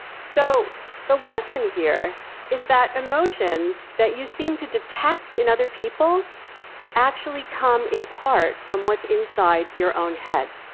so the lesson here is that emotions that you seem to detect in other people actually come in part from what's inside your own head.